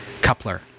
coupler